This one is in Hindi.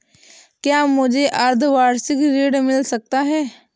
क्या मुझे अर्धवार्षिक ऋण मिल सकता है?